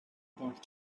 bought